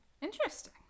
Interesting